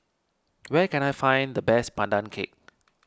where can I find the best Pandan Cake